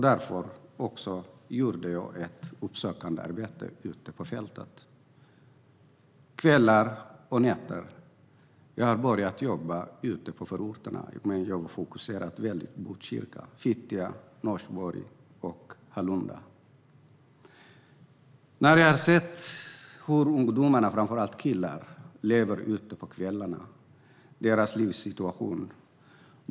Därför gjorde jag uppsökande arbete på fältet på kvällar och nätter. Jag började jobba i förorterna och fokuserade mycket på Botkyrka, Fittja, Norsborg och Hallunda. Jag har sett hur ungdomarna, framför allt killar, lever ute på kvällarna, deras livssituation.